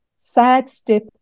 sidestep